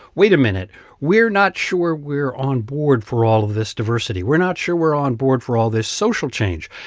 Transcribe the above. wait a minute we're not sure we're on board for all of this diversity we're not sure we're on board for all this social change.